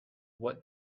what